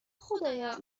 خدایا